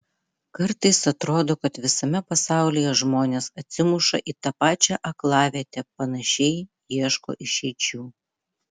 kartais atrodo kad visame pasaulyje žmonės atsimuša į tą pačią aklavietę panašiai ieško išeičių